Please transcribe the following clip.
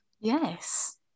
Yes